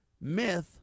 myth